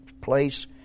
place